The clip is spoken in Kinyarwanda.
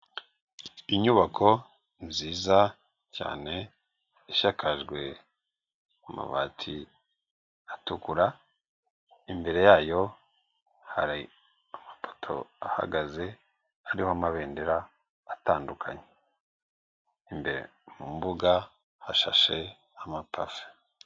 Inyubako nziza cyane ishakajwe amabati atukura, imbere yayo hari amapoto ahagaze, hariho amabendera atandukanye imbere mu mbuga hashashe amapave.